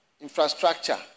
infrastructure